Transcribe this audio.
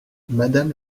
madame